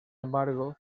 embargo